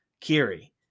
kiri